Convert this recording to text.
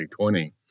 2020